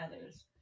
others